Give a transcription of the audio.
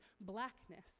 blackness